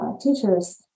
teachers